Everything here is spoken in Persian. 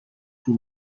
طول